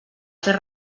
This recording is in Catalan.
fer